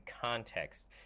context